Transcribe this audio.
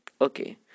okay